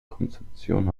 konzeption